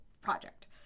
project